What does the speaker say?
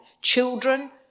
Children